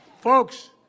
Folks